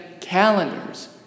calendars